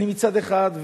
מצד אחד,